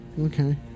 Okay